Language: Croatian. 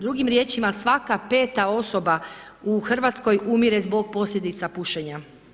Drugim riječima, svaka peta osoba u Hrvatskoj umire zbog posljedica pušenja.